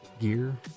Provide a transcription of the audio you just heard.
Gear